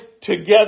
together